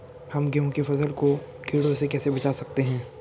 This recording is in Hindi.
हम गेहूँ की फसल को कीड़ों से कैसे बचा सकते हैं?